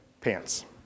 pants